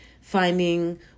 finding